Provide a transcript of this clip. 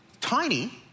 Tiny